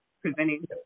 presenting